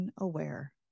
unaware